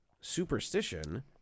superstition